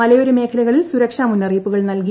മലയോര മേഖലകളിൽ സുരക്ഷാ മുന്നറിയിപ്പുകൾ നൽകി